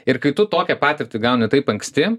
ir kai tu tokią patirtį gauni taip anksti